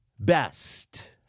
best